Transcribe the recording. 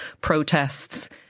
protests